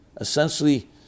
Essentially